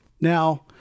Now